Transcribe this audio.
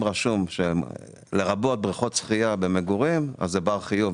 רשום: "לרבות בריכות שחייה במגורים" זה בר חיוב.